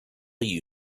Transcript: you